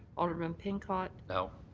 alderman pincott. no.